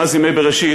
מאז ימי בראשית,